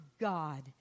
God